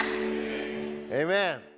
Amen